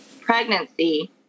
pregnancy